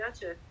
gotcha